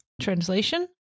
Translation